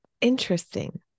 Interesting